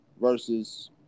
versus